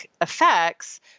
effects